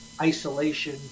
isolation